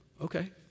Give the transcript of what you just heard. okay